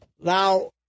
now